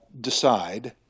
decide